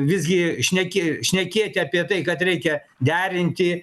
visgi šneki šnekėti apie tai kad reikia derinti